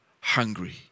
hungry